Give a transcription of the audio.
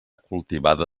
cultivada